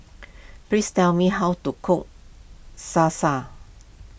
please tell me how to cook Salsa